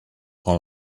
con